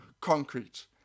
concrete